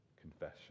confession